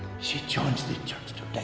she joins the church.